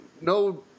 no